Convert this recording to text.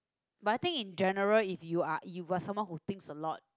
but I think in general if you are you are someone who thinks a lot